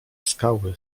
skały